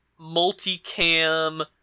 multicam